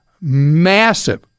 massive